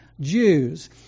Jews